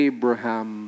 Abraham